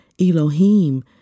Elohim